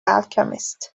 alchemist